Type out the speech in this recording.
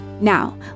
Now